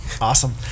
Awesome